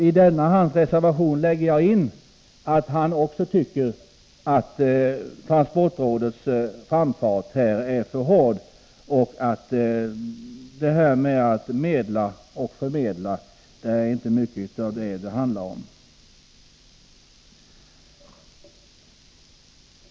I denna hans reservation lägger jag in, att han också tycker att transportrådets framfart är för hård och att det inte handlar särskilt mycket om att medla och förmedla. Herr talman!